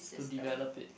to develop it